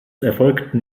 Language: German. erfolgten